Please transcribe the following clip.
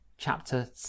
chapter